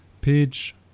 Page